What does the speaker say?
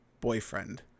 boyfriend